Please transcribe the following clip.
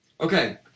Okay